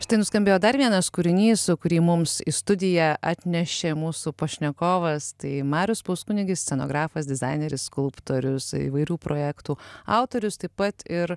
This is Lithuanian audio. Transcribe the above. štai nuskambėjo dar vienas kūrinys kurį mums į studiją atnešė mūsų pašnekovas tai marius puskunigis scenografas dizaineris skulptorius įvairių projektų autorius taip pat ir